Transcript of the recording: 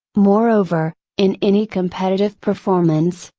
moreover, in any competitive performance,